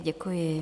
Děkuji.